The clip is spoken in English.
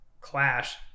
clash